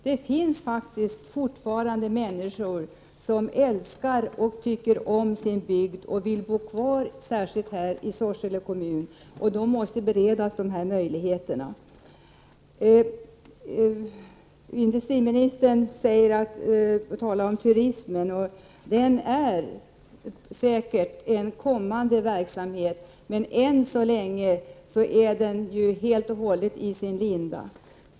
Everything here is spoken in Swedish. Det finns faktiskt fortfarande människor som älskar sin bygd och vill bo kvar, särskilt i Sorsele kommun. De människorna måste beredas dessa möjligheter. Industriministern talar om turismen. Det är säkert en kommande verksamhet. Men än så länge är den helt och hållet i sin linda.